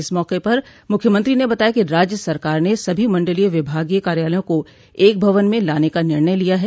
इस मौके पर मुख्यमंत्री ने बताया कि राज्य सरकार ने सभी मंडलीय विभागीय कार्यालयों को एक भवन में लाने का निर्णय लिया है